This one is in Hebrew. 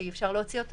שאי אפשר להוציא אותו,